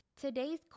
Today's